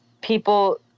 people